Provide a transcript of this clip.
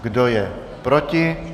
Kdo je proti?